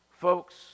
Folks